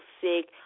sick